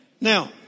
Now